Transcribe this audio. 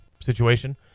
situation